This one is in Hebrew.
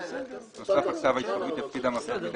בנוסף לכתב ההתחייבות יפקיד המפר בידי